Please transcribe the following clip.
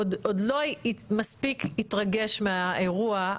עוד לא מספיק התרגש מהאירוע,